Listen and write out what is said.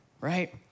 right